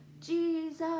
Jesus